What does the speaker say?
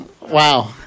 Wow